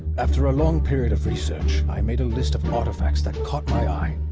after a long period of research, i made a list of artifacts that caught my eye.